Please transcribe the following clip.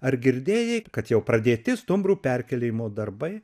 ar girdėjai kad jau pradėti stumbrų perkėlimo darbai